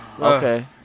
Okay